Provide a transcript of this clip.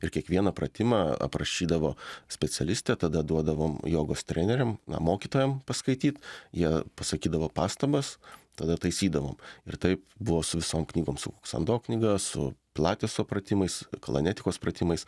ir kiekvieną pratimą aprašydavo specialistė tada duodavom jogos treneriam na mokytojam paskaityt jie pasakydavo pastabas tada taisydavom ir taip buvo su visom knygom su kuksando knyga su pilateso pratimais kalanetikos pratimais